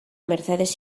mercedes